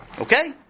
Okay